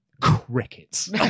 Crickets